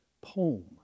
poem